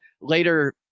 later